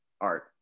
art